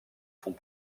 font